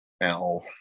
Now